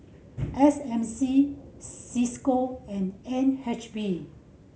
S M C Cisco and N H B